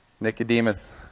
Nicodemus